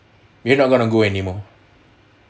we're not going to go anymore